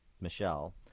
Michelle